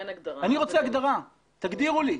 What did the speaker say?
אני רוצה הגדרה, תגדירו לי.